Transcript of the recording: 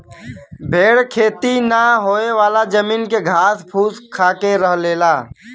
भेड़ खेती ना होयेवाला जमीन के घास फूस खाके रह लेला